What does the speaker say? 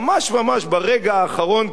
ממש ממש ברגע האחרון,